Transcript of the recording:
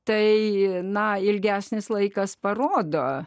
tai na ilgesnis laikas parodo